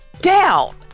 Down